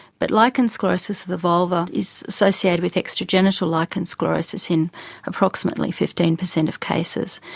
but lichen sclerosus of the vulva is associated with extragenital lichen sclerosus in approximately fifteen percent of cases,